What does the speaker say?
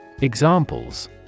Examples